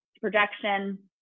projection